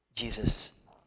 Jesus